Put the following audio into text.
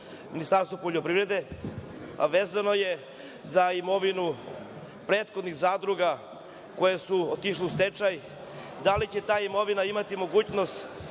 Ministarstvu poljoprivrede, a vezano je za imovinu prethodnih zadruga koje su otišle u stečaj, da li će ta imovina imati mogućnost